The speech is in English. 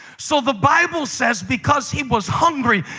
so the bible says because he was hungry,